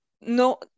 No